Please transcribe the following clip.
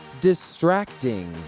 distracting